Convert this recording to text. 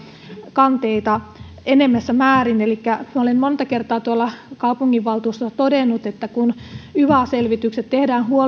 kanteita enemmässä määrin elikkä olen monta kertaa kaupunginvaltuustossa todennut että kun yva selvitykset tehdään